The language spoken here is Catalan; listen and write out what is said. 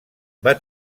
van